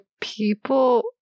people